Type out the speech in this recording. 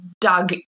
dug